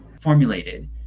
formulated